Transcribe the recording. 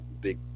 big